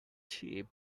cheap